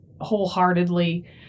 wholeheartedly